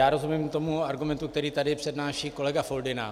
Já rozumím tomu argumentu, který tady přednáší kolega Foldyna.